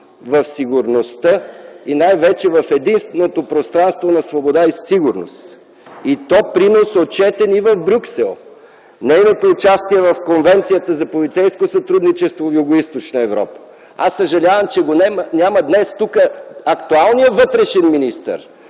в сигурността и най-вече в единственото пространство на свобода и сигурност, и то принос, отчетен и в Брюксел! Нейното участие в Конвенцията за полицейско сътрудничество в Югоизточна Европа. Съжалявам, че го няма днес тук актуалният вътрешен министър,